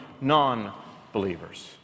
non-believers